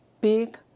big